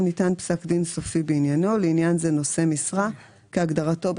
ניתנת להם סמכות לפנות למשטרה ולקבל את הנתונים.